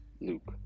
Luke